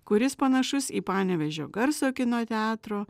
kuris panašus į panevėžio garso kino teatro